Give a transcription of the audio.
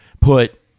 put